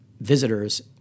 visitors